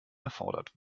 erfordert